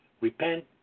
repent